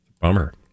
Bummer